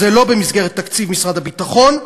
זה לא במסגרת תקציב הביטחון.